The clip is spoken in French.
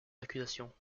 accusations